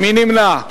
מי נמנע?